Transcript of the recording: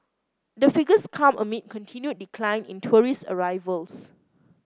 the figures come amid continued decline in tourist arrivals